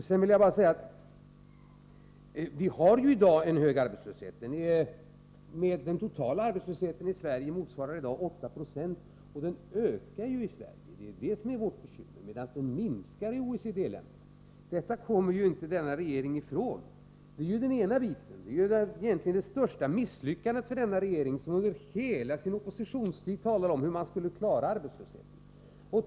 Sedan vill jag bara säga att vi har ju i dag en hög arbetslöshet. Den totala arbetslösheten i Sverige motsvarar i dag 8 96, och den ökar ju i Sverige — det är vårt bekymmer — medan den minskar i OECD-länderna. Detta kommer inte regeringen ifrån. Det är den ena biten — det är egentligen det största misslyckandet för den här regeringen, vars företrädare under hela sin oppositionstid talade om, hur man skulle klara arbetslösheten.